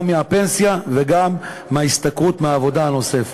מהפנסיה וגם מההשתכרות מהעבודה הנוספת.